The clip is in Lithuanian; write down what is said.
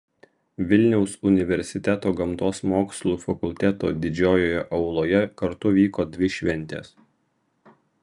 vilniaus universiteto gamtos mokslų fakulteto didžiojoje auloje kartu vyko dvi šventės